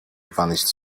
vanished